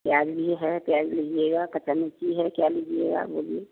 प्याज भी है प्याज लीजिएगा हरी मिर्ची है क्या लीजिएगा बोलिए